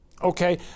Okay